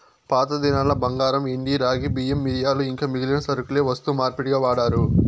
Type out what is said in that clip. పాతదినాల్ల బంగారు, ఎండి, రాగి, బియ్యం, మిరియాలు ఇంకా మిగిలిన సరకులే వస్తు మార్పిడిగా వాడారు